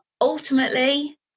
ultimately